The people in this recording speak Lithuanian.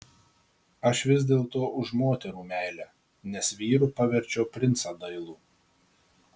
aš vis dėlto už moterų meilę nes vyru paverčiau princą dailų